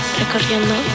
recorriendo